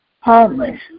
homeless